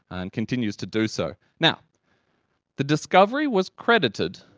and continues to do so. now the discovery was credited,